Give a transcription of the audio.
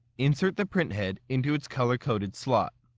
insert the print head into its color-coded slot.